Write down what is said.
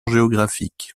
géographique